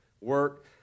work